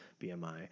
BMI